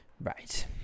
Right